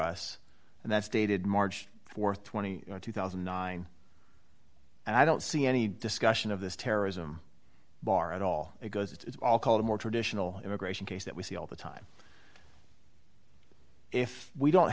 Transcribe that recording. us and that's dated march th twenty two thousand and nine dollars and i don't see any discussion of this terrorism bar at all it goes it's all called a more traditional immigration case that we see all the time if we don't